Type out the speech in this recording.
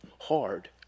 hard